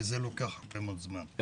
וזה לוקח הרבה מאוד זמן.